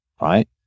Right